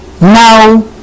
Now